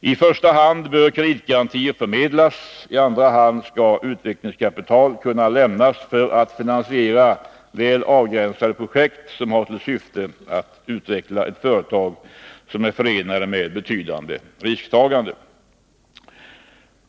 Utvecklingsfonderna bör således i första hand förmedla kreditgarantier. I andra hand bör utvecklingskapital kunna lämnas för att finansiera väl avgränsade projekt som har till syfte att utveckla ett företag och som är förenade med betydande risktagande.